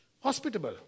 Hospitable